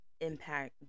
impact